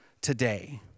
today